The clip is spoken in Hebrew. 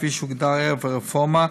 כפי שהוגדר ערב הרפורמה,